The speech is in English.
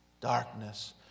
Darkness